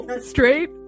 Straight